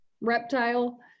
reptile